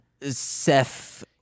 Seth